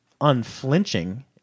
unflinching